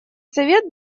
совет